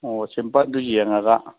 ꯑꯣ ꯁꯤꯝꯄꯜꯗꯨ ꯌꯦꯡꯉꯒ